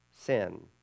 sin